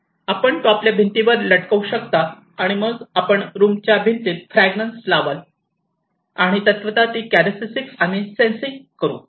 आपण तो आपल्या भिंतीवर लटकवू शकता आणि मग आपण रूमच्या भिंतीत फ्रॅग्रन्स लावाल आणि तत्वतः ती कॅरॅस्टिक्स आम्ही सेन्सिंग करू